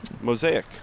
Mosaic